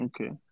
Okay